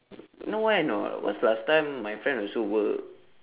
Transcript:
know why or not because last time my friend also work